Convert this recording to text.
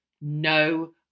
no